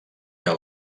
que